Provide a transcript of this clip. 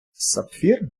сапфір